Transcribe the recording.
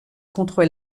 contre